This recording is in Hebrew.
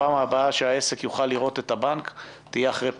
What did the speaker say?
הפעם הבאה שהעסק יוכל לראות את הבנק תהיה אחרי פסח.